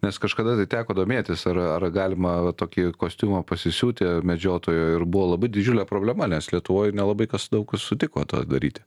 nes kažkada tai teko domėtis ar ar galima va tokį kostiumą pasisiūti medžiotojo ir buvo labai didžiulė problema nes lietuvoj nelabai kas daug kas sutiko tą daryti